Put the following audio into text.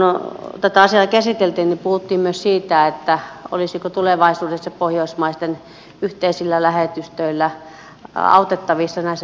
kun tätä asiaa käsiteltiin niin puhuttiin myös siitä olisiko tulevaisuudessa pohjoismaisten yhteisillä lähetystöillä autettavissa näissä tilanteissa